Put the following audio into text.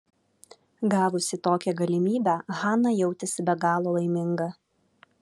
gavusi tokią galimybę hana jautėsi be galo laiminga